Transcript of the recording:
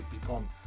become